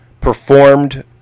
performed